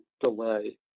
delay